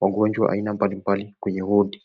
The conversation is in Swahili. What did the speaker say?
wagonjwa aina mbali mbali kwenye wadi.